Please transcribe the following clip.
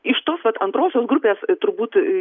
iš tos vat antrosios grupės turbūt